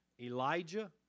Elijah